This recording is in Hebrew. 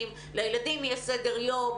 לילדים יש סדר יום,